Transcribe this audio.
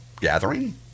gathering